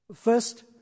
First